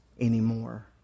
anymore